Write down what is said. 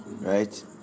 right